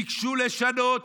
ביקשו לשנות